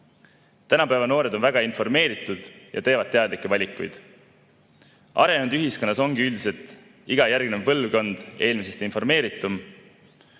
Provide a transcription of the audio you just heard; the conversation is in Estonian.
Tänapäeva noored on väga informeeritud ja teevad teadlikke valikuid. Arenenud ühiskonnas ongi üldiselt iga järgnev põlvkond eelmisest informeeritum.